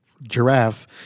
giraffe